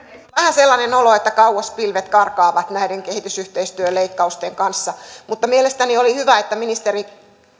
sellainen olo että kauas pilvet karkaavat näiden kehitysyhteistyöleikkausten kanssa mutta mielestäni oli hyvä että ministeri